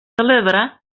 celebra